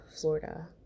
Florida